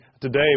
today